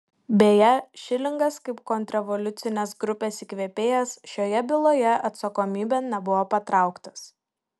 beje šilingas kaip kontrrevoliucinės grupės įkvėpėjas šioje byloje atsakomybėn nebuvo patrauktas